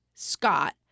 Scott